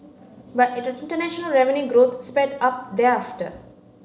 but international revenue growth sped up thereafter